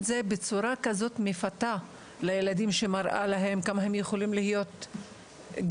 זה בצורה כזאת מפתה לילדים שמראים להם כמה הם יכולים להיות 'גיבורים',